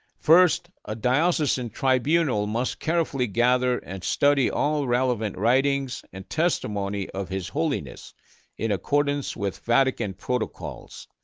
first, a diocesan tribunal must carefully gather and study all relevant writings and testimony of his holiness in accordance with vatican protocol. so